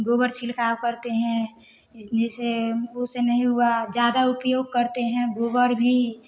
गोबर छिड़काव करते हैं जिसे वो से नहीं हुआ ज़्यादा उपयोग करते हैं गोबर भी